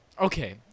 okay